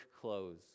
clothes